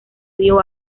río